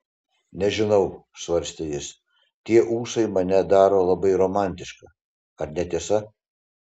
nežinau svarstė jis tie ūsai mane daro labai romantišką ar ne tiesa